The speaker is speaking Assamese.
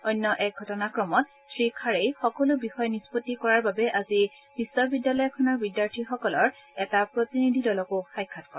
অন্য এক ঘটনাক্ৰমত শ্ৰীখাৰেই সকলো বিষয় নিষ্পত্তি কৰাৰ অৰ্থে আজি বিশ্ববিদ্যালয়খনৰ বিদ্যাৰ্থীসকলৰ এটা প্ৰতিনিধি দলকো সাক্ষাৎ কৰে